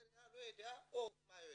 העיריה לא יודעת או מה יודעת,